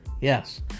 yes